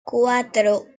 cuatro